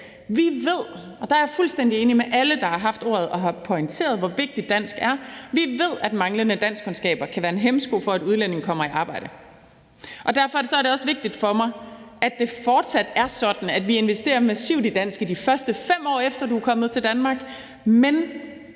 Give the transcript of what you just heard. Vi ved – og der er jeg fuldstændig enig med alle, der har haft ordet og har pointeret, hvor vigtigt dansk er – at manglende danskkundskaber kan være en hæmsko for, at udlændinge her arbejde. Derfor er det også vigtigt for mig, at det fortsat er sådan, at vi investerer massivt i dansk, de første 5 år efter at man er kommet til Danmark,